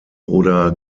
oder